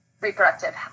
reproductive